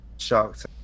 Shocked